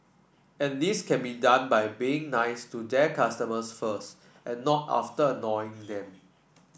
and this can be done by being nice to their customers first and not after annoying them